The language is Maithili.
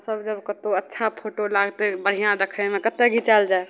सभ जगह कतहु अच्छा फोटो लागतै बढ़िआँ देखैमे कतहु घिचाइल जाइ